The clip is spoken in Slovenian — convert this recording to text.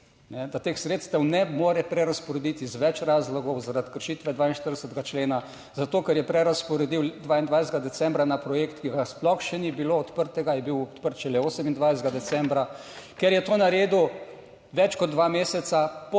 da teh sredstev ne more prerazporediti iz več razlogov, zaradi kršitve 42. člena, zato ker je prerazporedil 22. decembra na projekt, ki ga sploh še ni bilo odprtega, je bil odprt šele 28. decembra, ker je to naredil več kot dva meseca po